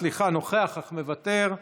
סליחה, נוכח, אך מוותר,